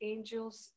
Angels